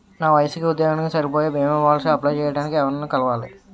నా వయసుకి, ఉద్యోగానికి సరిపోయే భీమా పోలసీ అప్లయ్ చేయటానికి ఎవరిని కలవాలి?